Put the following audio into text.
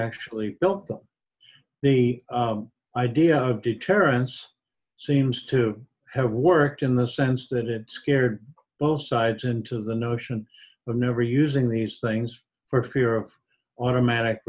actually built up the idea of deterrence seems to have worked in the sense that it scared both sides into the notion of never using these things for fear of automatic